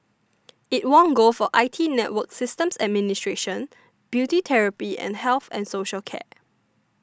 it won gold for I T network systems administration beauty therapy and health and social care